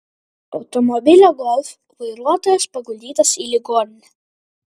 automobilio golf vairuotojas paguldytas į ligoninę